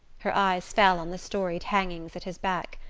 her eyes fell on the storied hangings at his back.